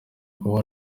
kuba